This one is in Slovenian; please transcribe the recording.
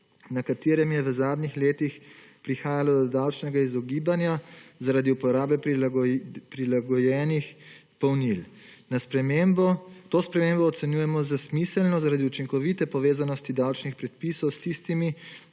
na katerem je v zadnjih letih prihajalo do davčnega izogibanja zaradi uporabe prilagojenih polnil. To spremembo ocenjujemo za smiselno zaradi učinkovite povezanosti davčnih predpisov s tistimi